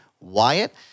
Wyatt